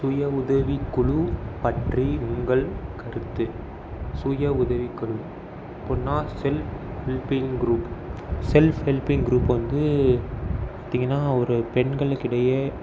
சுயஉதவிக்குழு பற்றி உங்கள் கருத்து சுயஉதவிக்குழு அப்புடின்னா self helping group self helping group வந்து பார்த்திங்கன்னா ஒரு பெண்களுக்கு இடையே